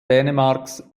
dänemarks